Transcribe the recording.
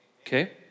okay